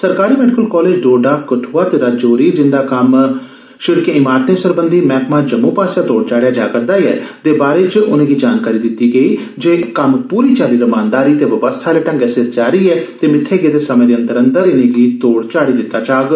सरकारी medical college Doda Kathua ते राजौरी जिन्दा कम्म शिड़के ईमारते ँ सरबंधी मैह्कमा जम्मू आस्सेआ तोड़ चाढ़ेया जा करदा ऐ दे बारै च उनेंगी जानकारी दित्ती गेई जे कम्म पूरी चाली रमानदारी ते व्यवस्था आले दंगै सिर जारी ऐ ते मित्थे गेदे समे दे अंदर अंदर इनेंगी तोड़ चाढ़ी दित्ता जाग